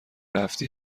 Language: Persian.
رفتی